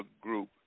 group